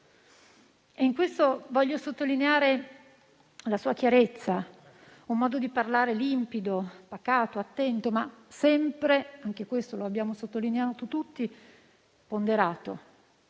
In questo voglio sottolineare la sua chiarezza, un modo di parlare limpido, pacato, attento, ma sempre - anche questo lo abbiamo sottolineato tutti - ponderato.